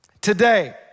today